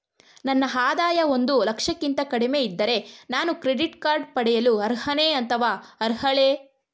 ನನ್ನ ಆದಾಯ ಒಂದು ಲಕ್ಷಕ್ಕಿಂತ ಕಡಿಮೆ ಇದ್ದರೆ ನಾನು ಕ್ರೆಡಿಟ್ ಕಾರ್ಡ್ ಪಡೆಯಲು ಅರ್ಹನೇ ಅಥವಾ ಅರ್ಹಳೆ?